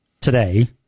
today